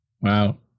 Wow